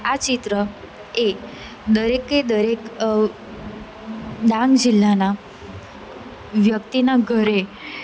આ ચિત્ર એ દરેકે દરેક ડાંગ જીલ્લાના વ્યક્તિના ઘરે